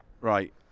right